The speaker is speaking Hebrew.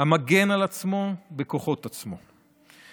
המגן על עצמו בכוחות עצמו.